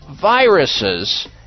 viruses